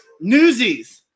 Newsies